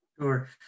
Sure